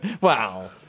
wow